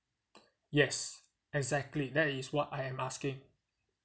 yes exactly that is what I am asking